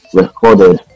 recorded